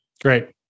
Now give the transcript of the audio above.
Great